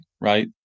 right